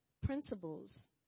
principles